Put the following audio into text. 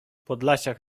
podlasiak